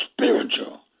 spiritual